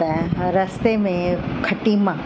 तंहिं रस्ते में खटी मां